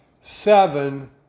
seven